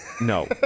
No